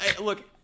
look